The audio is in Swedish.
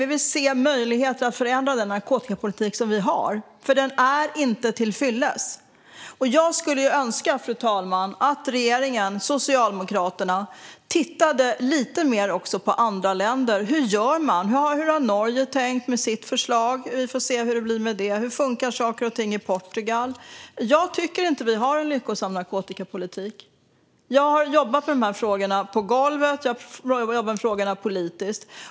Vi vill se vilka möjligheter det finns för att förändra den narkotikapolitik som vi har. Den är nämligen inte till fyllest. Fru talman! Jag skulle önska att regeringen och Socialdemokraterna tittade lite mer på andra länder och hur man gör där: Hur har Norge tänkt med sitt förslag? Vi får se hur det blir med det. Och hur fungerar saker och ting i Portugal? Jag tycker inte att vi har en lyckosam narkotikapolitik. Jag har jobbat med de här frågorna på golvet, och jag har jobbat med dem politiskt.